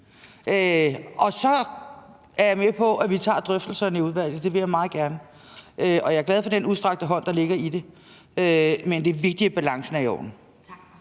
Og så er jeg med på, at vi tager drøftelserne i udvalget, det vil jeg meget gerne, og jeg er glad for den udstrakte hånd, der ligger i det. Men det er vigtigt, at balancen er i orden.